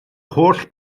holl